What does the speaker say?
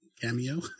cameo